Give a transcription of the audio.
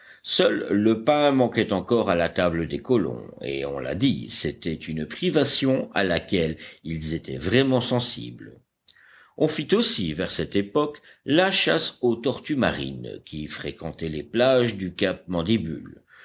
seul le pain manquait encore à la table des colons et on l'a dit c'était une privation à laquelle ils étaient vraiment sensibles on fit aussi vers cette époque la chasse aux tortues marines qui fréquentaient les plages du cap mandibule